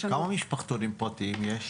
כמה משפחתונים יש?